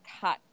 cut